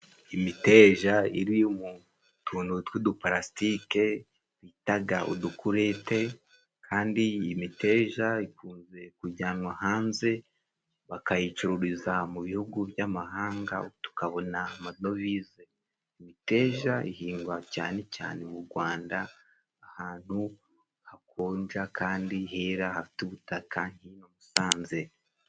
Imiteja iri mu tuntu tw'udupalasitike bitaga udukurete, kandi iyi miteja ikunze kujyanwa hanze bakayicururiza mu bihugu by'amahanga, tukabona amadovize. Imiteja ihingwa cyane cyane mu Gwanda ahantu hakonja kandi hera hafite ubutaka nk'iyo Musanze.